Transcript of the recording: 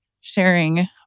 sharing